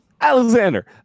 Alexander